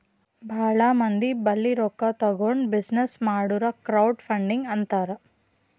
ಭಾಳ ಮಂದಿ ಬಲ್ಲಿ ರೊಕ್ಕಾ ತಗೊಂಡ್ ಬಿಸಿನ್ನೆಸ್ ಮಾಡುರ್ ಕ್ರೌಡ್ ಫಂಡಿಂಗ್ ಅಂತಾರ್